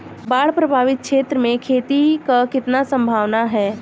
बाढ़ प्रभावित क्षेत्र में खेती क कितना सम्भावना हैं?